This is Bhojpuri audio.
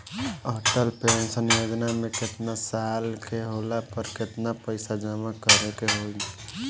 अटल पेंशन योजना मे केतना साल के होला पर केतना पईसा जमा करे के होई?